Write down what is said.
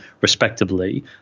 respectively